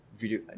video